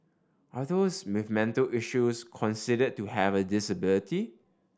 are those with mental issues considered to have a disability